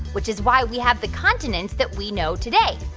which is why we have the continents that we know today.